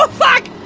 but fuck!